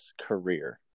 career